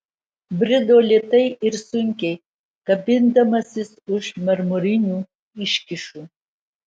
brido lėtai ir sunkiai kabindamasis už marmurinių iškyšų